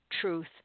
truth